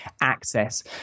access